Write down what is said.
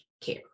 care